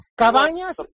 Cabañas